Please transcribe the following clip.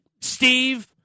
Steve